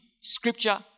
scripture